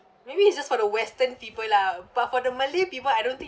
maybe it's just for the western people lah but for the malay people I don't think